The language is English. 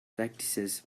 practices